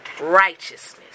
righteousness